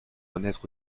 renaître